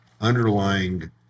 underlying